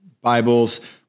Bibles